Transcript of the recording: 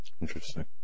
Interesting